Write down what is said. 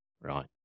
Right